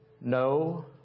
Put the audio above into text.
No